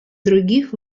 других